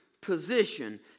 position